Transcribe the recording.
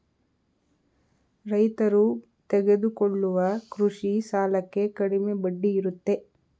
ರೈತರು ತೆಗೆದುಕೊಳ್ಳುವ ಕೃಷಿ ಸಾಲಕ್ಕೆ ಕಡಿಮೆ ಬಡ್ಡಿ ಇರುತ್ತೆ